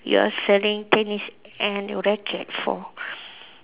you're selling tennis and racket for